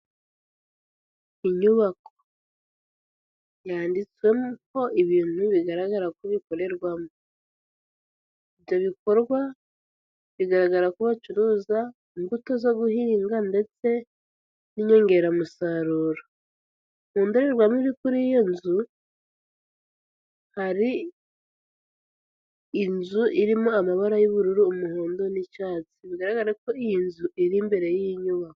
Inyubako yanditswemo ko ibintu bigaragara ko bikorerwamo. Ibyo bikorwa bigaragara ko bacuruza imbuto zo guhinga ndetse n'inyongeramusaruro. Mu ndorerwamo iri kuri iyo nzu, hari inzu irimo amabara y'ubururu, umuhondo n'icyatsi. Bigaragara ko iyi nzu iri imbere y'iyi nyubako.